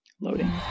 Loading